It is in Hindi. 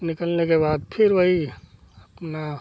निकलने के फिर वही अपना